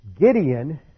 Gideon